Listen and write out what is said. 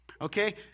okay